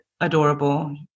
adorable